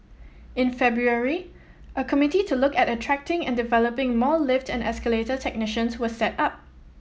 in February a committee to look at attracting and developing more lift and escalator technicians was set up